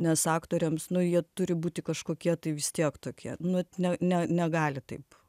nes aktoriams nu jie turi būti kažkokie tai vis tiek tokie nu ne ne negali taip